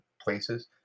places